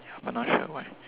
ya but not sure why